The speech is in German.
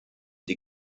die